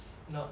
not